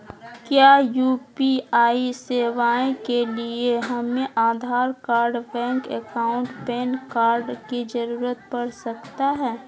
क्या यू.पी.आई सेवाएं के लिए हमें Aadhaar card bank account PAN card की जरूरत पड़ सकता है?